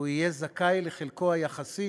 הוא יהיה זכאי לחלקו היחסי